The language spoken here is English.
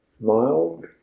Mild